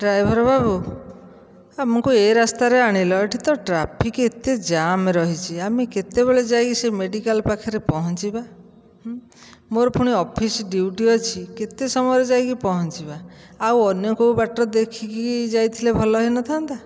driver ବାବୁ ଆମକୁ ଏ ରାସ୍ତାରେ ଆଣିଲ ଏଠି ତ ଟ୍ରାଫିକ୍ ଏତେ ଜାମ୍ ରହିଛି ଆମେ କେତେବେଳେ ଯାଇ ସେ ମେଡ଼ିକାଲ୍ ପାଖରେ ପହଞ୍ଚିବା ହୁଁ ମୋର ପୁଣି ଅଫିସ୍ ଡିୟୁଟି ଅଛି କେତେ ସମୟରେ ଯାଇକି ପହଞ୍ଚିବା ଆଉ ଅନ୍ୟ କେଉଁ ବାଟ ଦେଖିକି ଯାଇଥିଲେ ଭଲ ହୋଇନଥାନ୍ତା